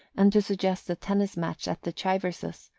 and to suggest a tennis match at the chiverses',